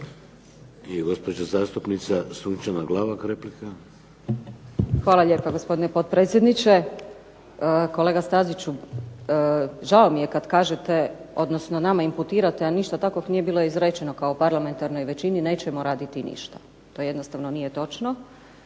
I gospođa zastupnica Sunčana Glavak, replika. **Glavak, Sunčana (HDZ)** Hvala lijepa gospodine potpredsjedniče. Kolega Staziću, žao mi je kad kažete, odnosno nama imputirate a ništa takvog nije bilo izrečeno kao parlamentarnoj većini. Nećemo raditi ništa. To jednostavno nije točno